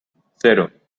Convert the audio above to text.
cero